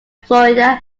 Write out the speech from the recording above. florida